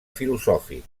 filosòfic